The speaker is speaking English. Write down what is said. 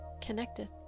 connected